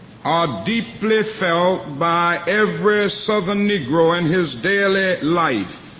are deeply felt by every southern negro in his daily life.